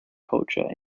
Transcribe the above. culture